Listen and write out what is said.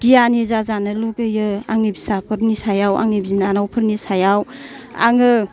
गियानि जाजानो लुबैयो आंंनि फिसाफोरनि सायाव आंनि बिनानावफोरनि सायाव आङो